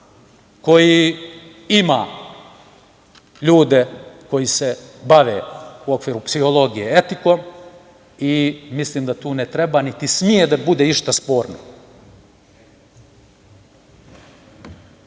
koji ima ljude koji se bave u okviru psihologije etikom i mislim da tu ne treba niti sme da bude išta